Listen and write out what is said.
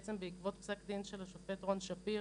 בעצם בעקבות פסק דין של השופט רון שפירא,